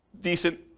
decent